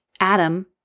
Adam